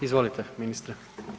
Izvolite ministre.